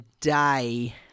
day